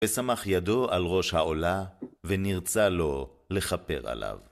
ושמח ידו על ראש העולה, ונרצה לו לכפר עליו.